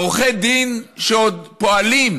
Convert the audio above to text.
עורכי הדין שעוד פועלים